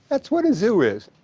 that's what a zoo is.